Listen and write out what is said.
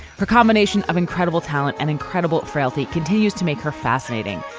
her combination of incredible talent and incredible frailty continues to make her fascinating.